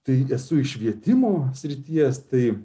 tai esu iš švietimo srities tai